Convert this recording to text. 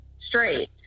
straight